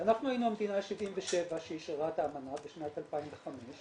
אנחנו היינו המדינה ה-77 שאישררה את האמנה בשנת 2005,